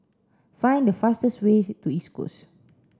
find the fastest ways to East Coast